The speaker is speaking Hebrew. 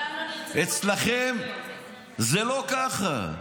אצלכם זה לא ככה.